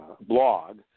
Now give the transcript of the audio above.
blog